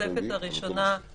התוספת הראשונה היא